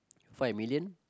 five million